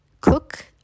cook